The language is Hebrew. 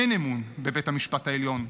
אין אמון בבית המשפט העליון,